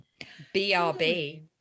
brb